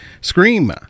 Scream